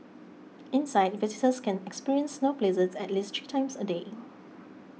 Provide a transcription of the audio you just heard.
inside visitors can experience snow blizzards at least three times a day